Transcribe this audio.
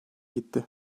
gitti